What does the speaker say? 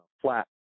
flat